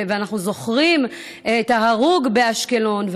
ואנחנו זוכרים את ההרוג באשקלון.